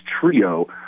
trio